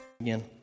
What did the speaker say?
Again